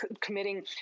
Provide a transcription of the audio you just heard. committing